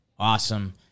Awesome